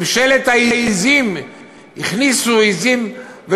ממשלת העזים הכניסה עזים, נא לסיים.